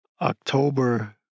October